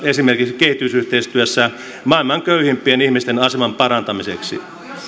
esimerkiksi kehitysyhteistyössä maailman köyhimpien ihmisten aseman parantamiseksi